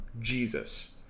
Jesus